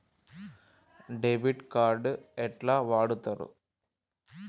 Debit card ఎట్లా వాడుతరు?